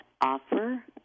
offer